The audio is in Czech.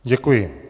Děkuji.